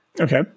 Okay